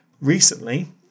Recently